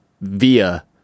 via